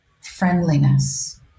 friendliness